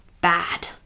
bad